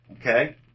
Okay